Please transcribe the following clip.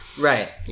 Right